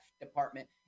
department